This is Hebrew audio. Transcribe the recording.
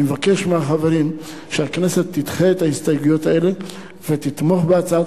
אני מבקש מהכנסת לדחות את ההסתייגויות האלה ולתמוך בהצעת